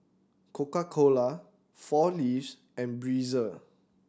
Coca Cola Four Leaves and Breezer